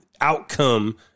outcome